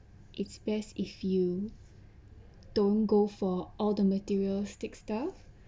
it's best if you don't go for all the materialistic stuff